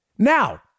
Now